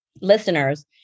listeners